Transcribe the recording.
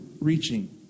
reaching